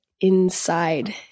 inside